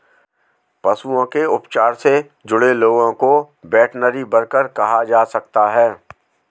पशुओं के उपचार से जुड़े लोगों को वेटरनरी वर्कर कहा जा सकता है